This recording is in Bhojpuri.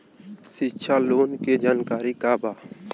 शिक्षा लोन के जानकारी का बा?